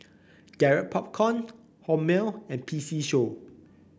Garrett Popcorn Hormel and P C Show